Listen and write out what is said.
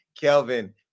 Kelvin